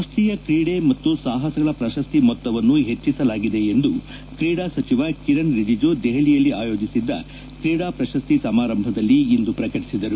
ರಾಷ್ಟೀಯ ಕ್ರೀಡೆ ಮತ್ತು ಸಾಹಸಗಳ ಪ್ರಶಸ್ತಿ ಮೊತ್ತವನ್ನು ಹೆಚ್ಚಿಸಲಾಗಿದೆ ಎಂದು ಕ್ರೀಡಾ ಸಚಿವ ಕಿರಣ್ ರಿಜಿಜು ದೆಹಲಿಯಲ್ಲಿ ಆಯೋಜಿಸಿದ್ದ ಕ್ರೀಡಾ ಪ್ರಶಸ್ತಿ ಸಮಾರಂಭದಲ್ಲಿ ಇಂದು ಪ್ರಕಟಿಸಿದರು